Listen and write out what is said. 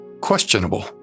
questionable